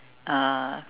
uh